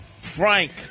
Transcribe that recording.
Frank